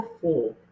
four